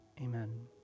Amen